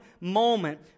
moment